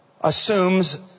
assumes